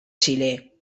chile